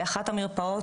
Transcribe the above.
אחת המרפאות,